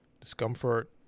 discomfort